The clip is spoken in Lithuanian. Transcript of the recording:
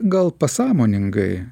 gal pasąmoningai